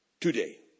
Today